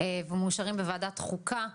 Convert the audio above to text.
ומאושרים בוועדת חוקה,